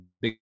big